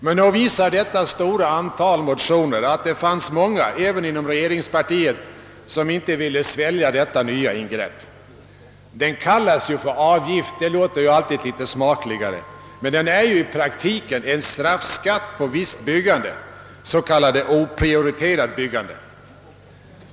Men nog visar detta stora antal motioner att det finns många även inom regeringspartiet som inte ville svälja detta ny ingrepp. Det kallas avgift, vilket alltid låter litet smakligare, men i praktiken är det en straffskatt på visst byggande, s.k. oprioriterat byggande.